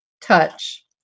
touch